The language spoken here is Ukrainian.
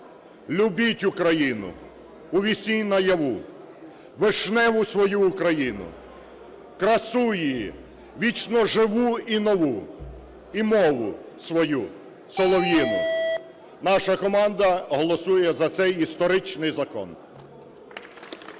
"Любіть Україну у сні й наяву, вишневу свою Україну, красу її, вічно живу і нову, і мову свою солов'їну." Наша команда голосує за цей історичний закон.